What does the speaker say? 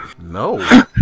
No